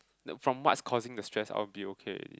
from what's causing the stress I will be okay already